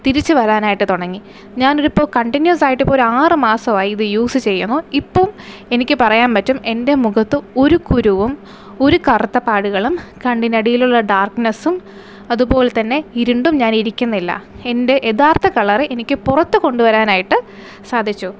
തിരിച്ചു വരാനായിട്ട് തുടങ്ങി ഞാനൊരു ഇപ്പോൾ കണ്ടിന്യൂസ് ആയിട്ട് ഇപ്പോൾ ഒരു ആറു മാസമായി ഇത് യൂസ് ചെയ്യുന്നു ഇപ്പം എനിക്ക് പറയാൻ പറ്റും എൻ്റെ മുഖത്ത് ഒരു കുരുവും ഒരു കറുത്ത പാടുകളും കണ്ണിനടിയിലുള്ള ഡാർക്നെസ്സും അതുപോലെ തന്നെ ഇരുണ്ടും ഞാനിരിക്കുന്നില്ല എൻ്റെ യഥാർഥ കളറ് എനിക്ക് പുറത്ത് കൊണ്ടുവരാനായിട്ട് സാധിച്ചു